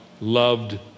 loved